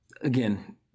again